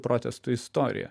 protestų istorija